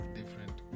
different